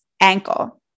ankle